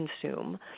consume